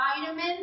vitamin